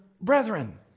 brethren